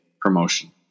promotion